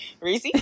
Reese